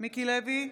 מיקי לוי,